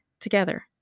together